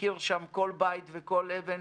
שמכיר שם כל בית וכל אבן,